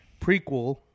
prequel